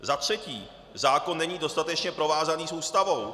Za třetí: Zákon není dostatečně provázaný s Ústavou.